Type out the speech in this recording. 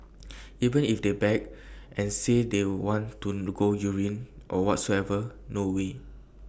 even if they beg and say they want to go urine or whatsoever no way